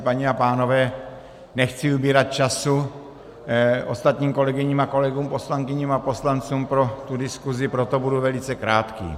Paní a pánové, nechci ubírat času ostatním kolegyním a kolegům, poslankyním a poslancům pro tu diskusi, proto budu velice krátký.